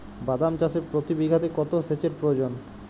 বাদাম চাষে প্রতি বিঘাতে কত সেচের প্রয়োজন?